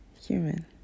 human